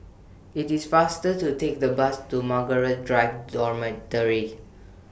IT IS faster to Take The Bus to Margaret Drive Dormitory